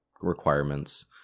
requirements